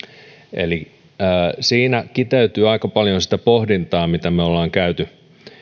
eli siinä kiteytyy aika paljon sitä pohdintaa mitä me olemme käyneet